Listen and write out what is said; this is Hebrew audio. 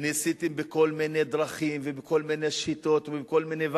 בכל מיני דרכים ובכל מיני שיטות ובכל מיני,